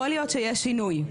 יכול להיות שיש שינוי,